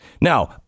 now